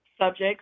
Subjects